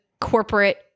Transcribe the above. corporate